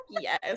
yes